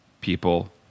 people